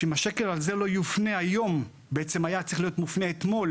שאם השקל הזה לא יופנה היום בעצם הוא היה צריך להיות מופנה אתמול